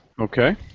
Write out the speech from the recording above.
Okay